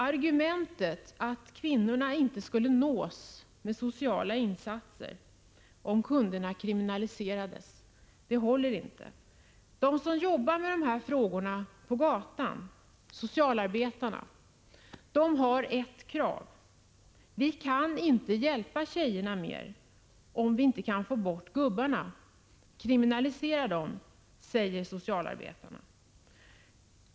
Argumentet att kvinnorna inte skulle nås med sociala insatser om kunderna kriminaliserades håller inte. De som jobbar med de här frågorna på gatan, socialarbetarna, har ett krav: Vi kan inte hjälpa tjejerna mer om vi inte kan få bort gubbarna. Kriminalisera dem! säger socialarbetarna.